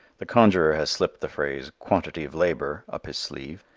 the conjurer has slipped the phrase, quantity of labor, up his sleeve,